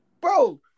Bro